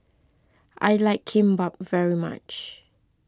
I like Kimbap very much